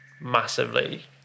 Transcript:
massively